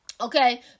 Okay